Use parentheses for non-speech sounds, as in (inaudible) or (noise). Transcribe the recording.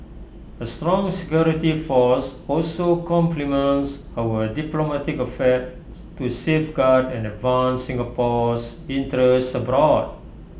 A strong security force also complements our diplomatic affair (noise) to safeguard and advance Singapore's interests abroad